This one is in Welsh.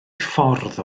ffordd